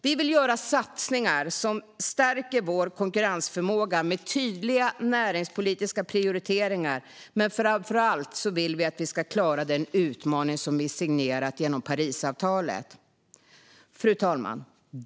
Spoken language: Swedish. Vi vill göra satsningar som stärker vår konkurrensförmåga med tydliga näringspolitiska prioriteringar, men framför allt vill vi att vi ska klara den utmaning som vi signerat genom Parisavtalet. Fru talman!